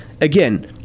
again